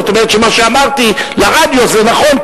זאת אומרת: מה שאמרתי לרדיו נכון,